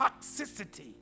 toxicity